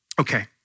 Okay